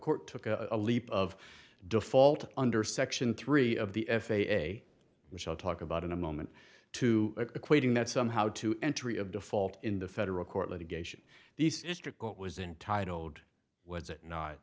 court took a leap of default under section three of the f a a which i'll talk about in a moment to equating that somehow to entry of default in the federal court litigation these district court was in titled was it not